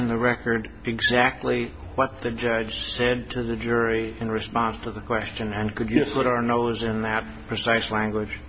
a record exactly what the judge said to the jury in response to the question and could guess what our nose in that precise language